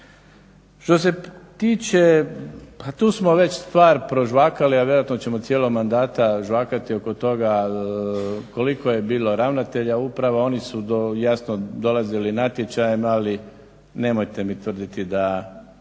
Što se tiče pa tu smo već stvar prožvakali, a vjerojatno ćemo u cijelom mandatu žvakati oko toga koliko je bilo ravnatelja uprava. Oni su jasno dolazili natječajem, ali nemojte mi tvrditi da